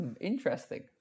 interesting